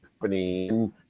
company